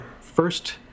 first